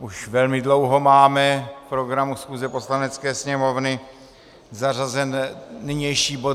Už velmi dlouho máme v programu schůze Poslanecké sněmovny zařazen nynější bod 207.